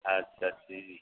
اچھا ٹھیک